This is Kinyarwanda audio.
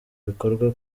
bikorwa